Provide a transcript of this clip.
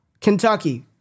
Kentucky